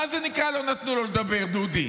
מה זה נקרא "לא נתנו לו לדבר", דודי?